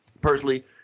Personally